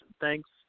Thanks